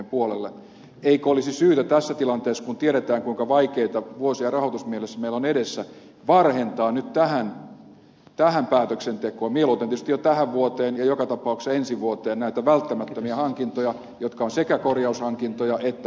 eikö olisi syytä tässä tilanteessa kun tiedetään kuinka vaikeita vuosia rahoitusmielessä meillä on edessä varhentaa nyt tähän päätöksentekoon mieluiten jo tietysti tähän vuoteen ja joka tapauksessa ensi vuoteen näitä välttämättömiä hankintoja jotka ovat sekä korjaushankintoja että uushankintoja